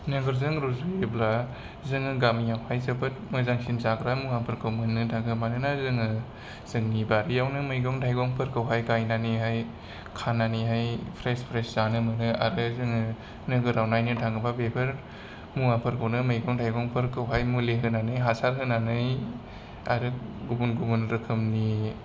नोगोरजों रुजुयोब्ला जोंङो गामियावहाय जोबोद मोजांसिन जाग्रा मुवाफोरखौ मोननो थांङो मानोना जोंङो जोंनि बारिआवनो मैगं थाइगं फोरखौहाय गाइनानैहाय खानानैहाय फ्रेश फ्रेश जानो मोनो आरो जोंङो नोगोराव नायनो थांङोबा बेफोर मुवाफोरखौनो मैगं थाइगंफोरखौ हाय मुलि होनानै हासार होनानै आरो गुबुन गुबुन रोखोमनि